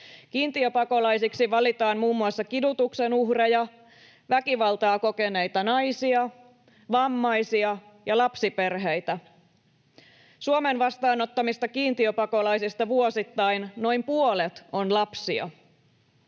Kiintiöpakolaisiksi valitaan muun muassa kidutuksen uhreja, väkivaltaa kokeneita naisia, vammaisia ja lapsiperheitä. Suomen vastaanottamista kiintiöpakolaisista vuosittain noin puolet on lapsia.